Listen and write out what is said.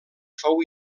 fou